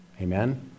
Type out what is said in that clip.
Amen